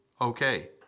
Okay